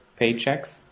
paychecks